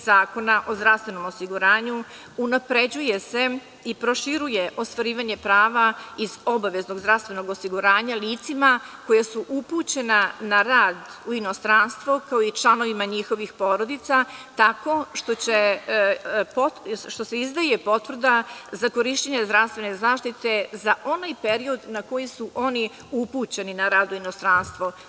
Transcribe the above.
Zakona o zdravstvenom osiguranju unapređuje se i proširuje ostvarivanje prava iz obaveznog zdravstvenog osiguranja licima koje su upućena na rad u inostranstvo kao i članovima njihovih porodica, tako što se izdaje potvrda za korišćenje zdravstvene zaštite za onaj period koji su oni upućeni na rad u inostranstvo.